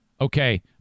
Okay